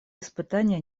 испытания